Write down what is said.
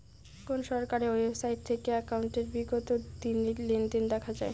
কোন সরকারি ওয়েবসাইট থেকে একাউন্টের বিগত দিনের লেনদেন দেখা যায়?